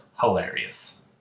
hilarious